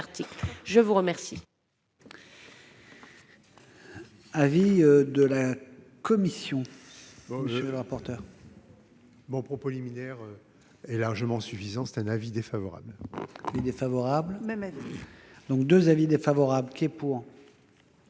Je vous remercie,